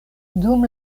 dum